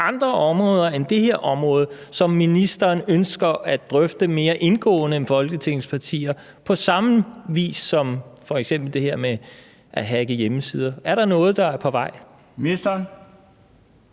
andre områder end det her område, som ministeren ønsker at drøfte mere indgående med Folketingets partier, på samme vis som f.eks. det her med at hacke hjemmesider? Er der noget, der er på vej? Kl.